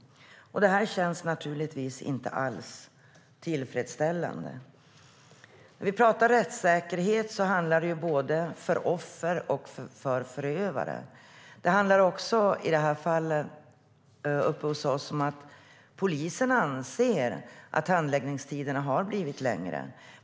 Det känns naturligtvis inte alls tillfredsställande. När vi pratar om rättssäkerhet handlar det om rättssäkerhet för både offer och förövare. Det handlar i fallet uppe hos oss också om att polisen anser att handläggningstiderna har blivit längre.